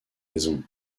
raisons